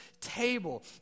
table